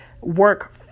work